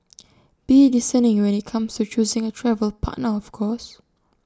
be discerning when IT comes to choosing A travel partner of course